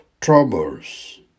troubles